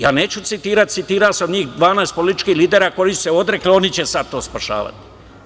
Ja neću citirati, citirao sam njih 12 političkih lidera koji su se odrekli, oni će sada to spašavati.